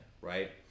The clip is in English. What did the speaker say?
right